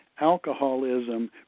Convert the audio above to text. alcoholism